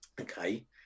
okay